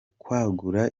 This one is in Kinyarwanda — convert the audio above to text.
kwagura